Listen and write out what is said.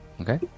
Okay